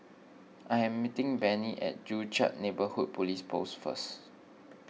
I am meeting Benny at Joo Chiat Neighbourhood Police Post first